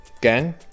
Gang